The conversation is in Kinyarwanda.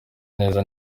neza